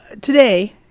Today